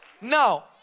Now